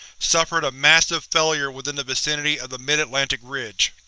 suffered a massive failure within the vicinity of the mid-atlantic ridge.